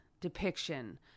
depiction